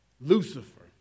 Lucifer